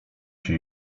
się